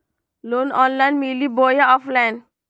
Loan online मिली बोया offline?